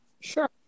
Sure